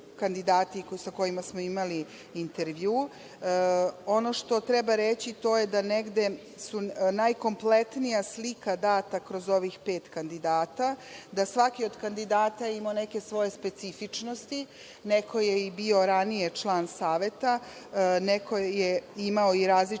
sa kojima smo imali intervju. Ono što treba reći to je da je najkompletnija slika data kroz ovih pet kandidata, da svaki od kandidata ima neke svoje specifičnosti, neko je bio i ranije član saveta, neko je imao i različitu